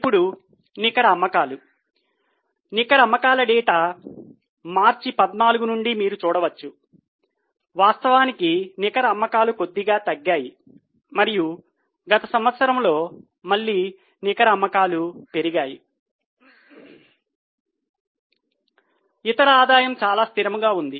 ఇప్పుడు నికర అమ్మకాలు నికర అమ్మకాల డేటా మార్చి 14 నుండి మీరు చూడవచ్చు వాస్తవానికి నికర అమ్మకాలు కొద్దిగా తగ్గాయి మరియు గత సంవత్సరంలో మళ్ళీ నికర అమ్మకాలు పెరిగాయి ఇతర ఆదాయం చాలా స్థిరంగా ఉంది